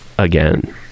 again